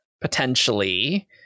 potentially